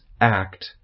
act